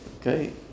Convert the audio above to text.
okay